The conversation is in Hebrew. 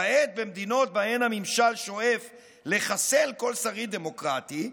כעת במדינות שבהן הממשל שואף לחסל כל שריד דמוקרטי,